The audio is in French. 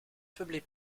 peuplée